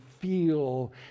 feel